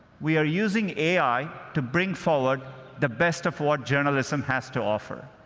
we are using ai to bring forward the best of what journalism has to offer.